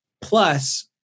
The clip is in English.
Plus